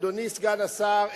אדוני סגן השר,